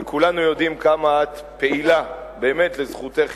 וכולנו יודעים כמה את פעילה, באמת, לזכותך ייאמר,